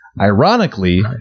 ironically